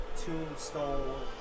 Tombstone